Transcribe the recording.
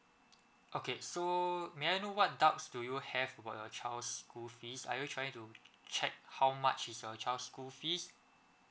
okay so may I know what doubts do you have about your child's school fees are you trying to check how much is your child's school fees